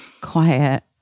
quiet